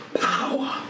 power